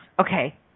Okay